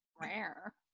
Rare